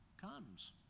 comes